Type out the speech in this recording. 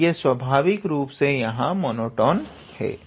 और ये स्वाभाविक रूप से यहाँ मोनोटोन है